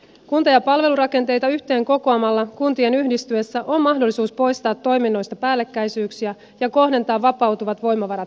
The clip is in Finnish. kunta ja palvelurakenteita yhteen kokoamalla kuntien yhdistyessä on mahdollisuus poistaa toiminnoista päällekkäisyyksiä ja kohdentaa vapautuvat voimavarat palveluihin